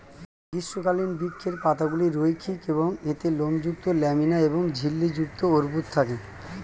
গ্রীষ্মকালীন বৃক্ষের পাতাগুলি রৈখিক এবং এতে লোমযুক্ত ল্যামিনা এবং ঝিল্লি যুক্ত অর্বুদ থাকে